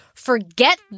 Forget